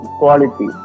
quality